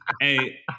hey